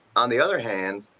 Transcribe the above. on the other hand,